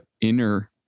inner